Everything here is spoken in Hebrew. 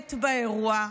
שולט באירוע,